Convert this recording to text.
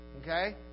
Okay